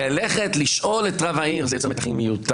ללכת לשאול את רב העיר, זה מיותר.